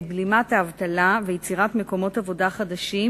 בלימת האבטלה ואת יצירת מקומות עבודה חדשים,